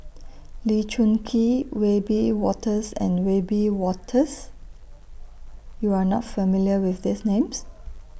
Lee Choon Kee Wiebe Wolters and Wiebe Wolters YOU Are not familiar with These Names